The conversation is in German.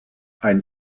ein